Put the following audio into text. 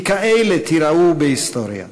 כי כאלה תיראו בהיסטוריה.